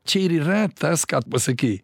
čia ir yra tas ką tu pasakei